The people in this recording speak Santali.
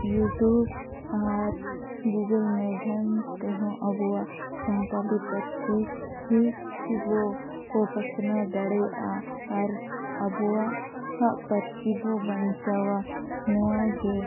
ᱤᱭᱩᱴᱩᱵᱽ ᱟᱨ ᱜᱩᱜᱳᱞ ᱢᱟᱫᱽᱫᱷᱚᱢ ᱛᱮᱦᱚᱸ ᱟᱵᱚᱣᱟᱜ ᱥᱟᱱᱛᱟᱲᱤ ᱯᱟᱹᱨᱥᱤᱵᱚ ᱯᱟᱥᱱᱟᱣ ᱫᱟᱲᱮᱭᱟᱜᱼᱟ ᱟᱨ ᱟᱵᱚᱣᱟᱜ ᱯᱟᱹᱨᱥᱤᱵᱚ ᱵᱟᱧᱪᱟᱣᱟ ᱱᱚᱣᱟᱜᱮ